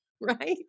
Right